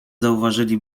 zauważyli